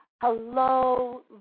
hello